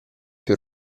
più